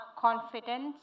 confidence